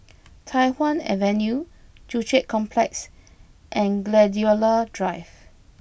Tai Hwan Avenue Joo Chiat Complex and Gladiola Drive